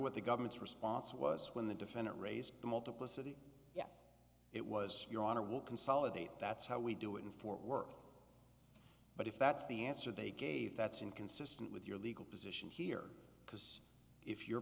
what the government's response was when the defendant raised the multiplicity it was your honor will consolidate that's how we do it in for work but if that's the answer they gave that's inconsistent with your legal position here because if your